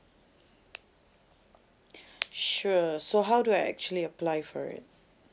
sure so how do I actually apply for it